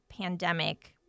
pandemic